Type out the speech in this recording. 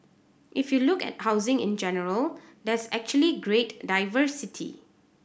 if you look at housing in general there's actually great diversity